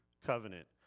Covenant